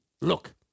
Look